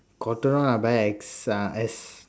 cotton on I buy S ah S